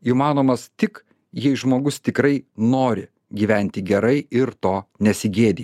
įmanomas tik jei žmogus tikrai nori gyventi gerai ir to nesigėdi